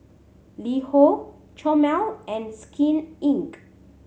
LiHo Chomel and Skin Inc